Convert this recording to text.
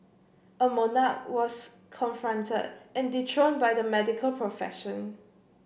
a monarch was confronted and dethroned by the medical profession